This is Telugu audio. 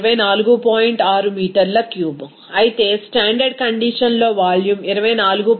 6 మీటర్ల క్యూబ్ అయితే స్టాండర్డ్ కండిషన్ లో వాల్యూమ్ 24